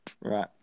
Right